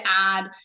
add